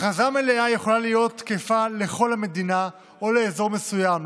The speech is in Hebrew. הכרזה מלאה יכולה להיות תקפה לכל המדינה או לאזור מסוים,